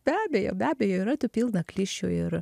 be abejo be abejo yra tų pilna klišių ir